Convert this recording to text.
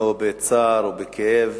אנחנו בצער ובכאב